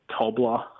Tobler